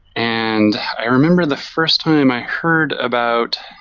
and i remember the first time i heard about